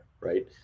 right